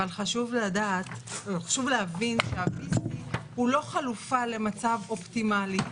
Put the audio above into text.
אבל חשוב להבין שה-VC הוא לא חלופה למצב אופטימלי,